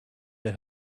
they